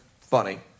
funny